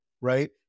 right